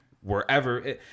wherever